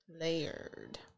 Layered